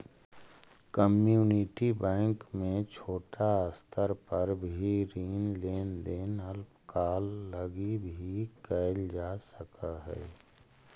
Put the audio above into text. community bank में छोटा स्तर पर भी ऋण लेन देन अल्पकाल लगी भी कैल जा सकऽ हइ